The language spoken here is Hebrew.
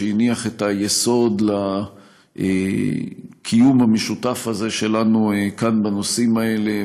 שהניח את היסוד לקיום המשותף הזה שלנו כאן בנושאים האלה,